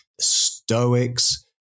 Stoics